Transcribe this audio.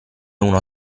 uno